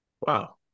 Wow